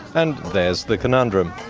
and there's the conundrum,